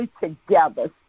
together